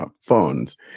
phones